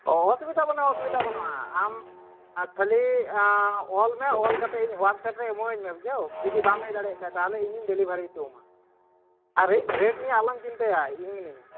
ᱚᱥᱩᱵᱤᱫᱟ ᱵᱟᱹᱱᱩᱜᱼᱟ ᱚᱥᱩᱵᱤᱫᱟ ᱵᱟᱹᱱᱩᱜᱼᱟ ᱟᱢ ᱠᱷᱟᱹᱞᱤ ᱚᱞ ᱢᱮ ᱚᱞ ᱠᱟᱛᱮᱫ ᱤᱧ ᱦᱚᱣᱟᱴᱥᱮᱯ ᱨᱮ ᱮᱢᱟᱣᱟᱹᱧᱢᱮ ᱵᱩᱡᱷᱟᱹᱣ ᱡᱩᱫᱤ ᱵᱟᱢ ᱦᱮᱡ ᱫᱟᱲᱮᱭᱟᱜ ᱠᱷᱟᱱ ᱛᱟᱦᱚᱞᱮ ᱤᱧᱤᱧ ᱰᱤᱞᱤᱵᱷᱟᱨᱤ ᱦᱚᱴᱚᱣᱟᱢᱟ ᱟᱨ ᱨᱮᱹᱴ ᱱᱤᱭᱮ ᱟᱞᱚᱢ ᱪᱤᱱᱛᱟᱹᱭᱟ ᱤᱧ ᱢᱤᱱᱟᱹᱧᱟ